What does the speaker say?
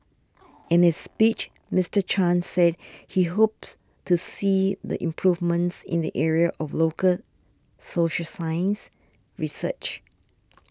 in his speech Mister Chan said he hopes to see the improvements in the area of local social science research